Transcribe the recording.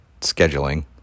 scheduling